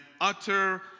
utter